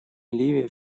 ливия